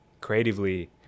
Creatively